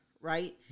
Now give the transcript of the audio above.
right